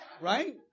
Right